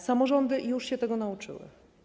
Samorządy już się tego nauczyły.